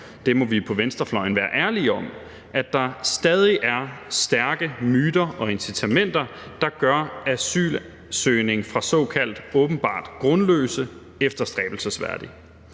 det må vi på venstrefløjen være ærlige om – at der stadig er stærke myter og incitamenter, der gør asylsøgning fra såkaldt åbenbart grundløse efterstræbelsesværdig.